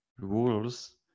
rules